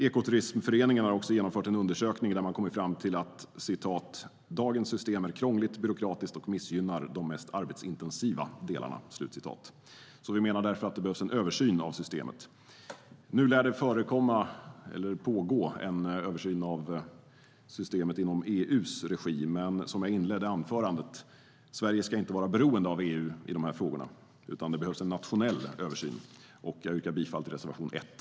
Ekoturismföreningen har genomfört en undersökning där man kom fram till att "dagens system är krångligt, byråkratiskt och missgynnar de mest arbetsintensiva delarna". Vi menar därför att det behövs en översyn av systemet. En översyn av systemet i EU:s regi lär pågå, men som jag inledde anförandet: Sverige ska inte vara beroende av EU i dessa frågor, utan det behövs en nationell översyn. Jag yrkar bifall till reservation 1.